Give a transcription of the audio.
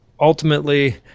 ultimately